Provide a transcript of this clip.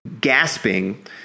gasping